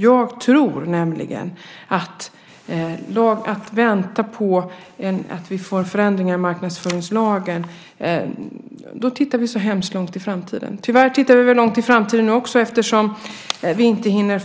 Jag tror nämligen att om vi ska vänta på att få förändringar i marknadsföringslagen tittar vi mycket långt in i framtiden. Tyvärr tittar vi väl även nu långt i framtiden, eftersom vi inte hinner